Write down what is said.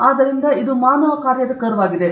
ಆದ್ದರಿಂದ ಇದು ಮಾನವ ಕಾರ್ಯದ ಕರ್ವ್ ಆಗಿದೆ